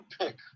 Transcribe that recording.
pick